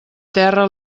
terra